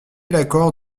l’accord